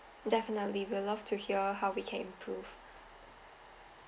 definitely we'll love to hear how we can improve